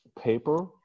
paper